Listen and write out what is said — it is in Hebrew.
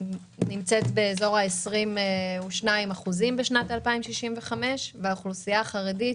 נמצאת באזור 22% בשנת 2065, והאוכלוסייה והחרדית